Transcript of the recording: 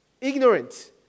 ignorant